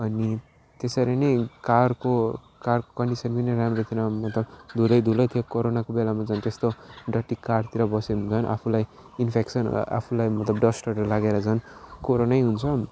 अनि त्यसरी नै कारको कारको कन्डिसन पनि राम्रो थिएन मतलब धुलैधुलो थियो कोरोनाको बेलामा झन् त्यस्तो डर्टी कारतिर बस्यो भने झन् आफूलाई इन्फेक्सन आफूलाई मतलब डस्टहरू लागेर झन् कोरोनै हुन्छ